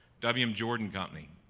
w. m. jordan company,